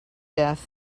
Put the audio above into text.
death